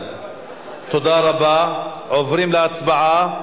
אנחנו עוברים לסעיף 30: